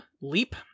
leap